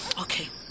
Okay